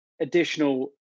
additional